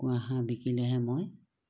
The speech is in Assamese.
কুকুৰা সাৰ বিকিলেহে মই